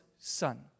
son